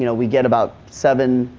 you know we get about seven